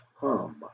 hum